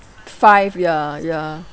five ya ya